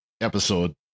episode